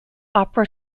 opera